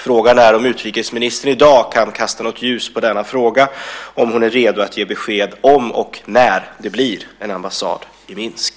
Frågan är om utrikesministern i dag kan kasta något ljus i denna fråga och om hon är redo att ge besked om och när det blir en ambassad i Minsk.